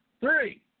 Three